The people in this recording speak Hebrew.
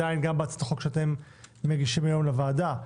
בהצעת החוק שאתם מגישים היום לוועדה.